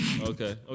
okay